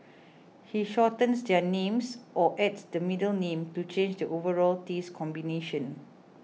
he shortens their names or adds the middle name to change the overall taste combination